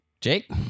Jake